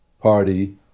party